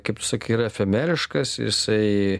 kaip tu sakai yra efemeriškas jisai